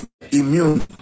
immune